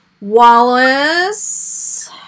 Wallace